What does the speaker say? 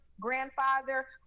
grandfather